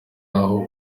aho